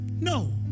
No